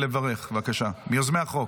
מיוזמי החוק,